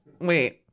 Wait